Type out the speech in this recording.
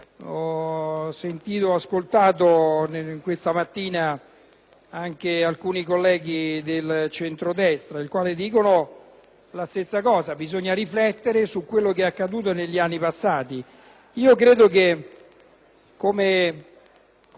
anche alcuni colleghi del centrodestra, i quali dicono la stessa cosa: bisogna riflettere su quello che è accaduto negli anni passati. Credo che, come ha dichiarato la senatrice Bonino,